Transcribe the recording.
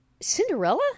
cinderella